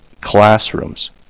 classrooms